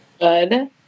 good